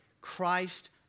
Christ